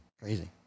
Crazy